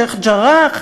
שיח'-ג'ראח,